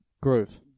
Groove